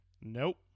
Nope